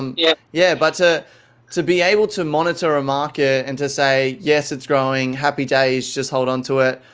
um yeah yeah but to to be able to monitor a market and to say, yes. it's growing. happy days, just hold on to it.